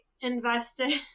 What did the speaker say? invested